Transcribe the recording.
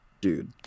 dude